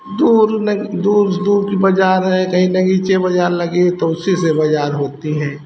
दूर में दूर दूर की बाज़ार है कहीं लगीचे बाज़ार लगी है तो उसी से बाज़ार होती है